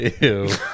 Ew